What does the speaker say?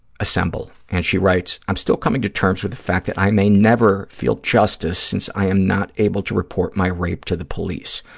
assemble, and she writes, i'm still coming to terms with the fact that i may never feel justice since i am not able to report my rape to the police.